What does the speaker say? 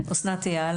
אסנת אייל,